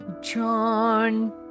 John